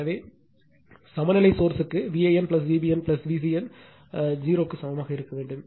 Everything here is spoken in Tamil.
எனவே சமநிலைசோர்ஸ் ற்கு Van Vbn Vcn 0 க்கு சமமாக இருக்க வேண்டும்